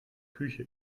küche